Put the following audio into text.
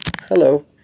Hello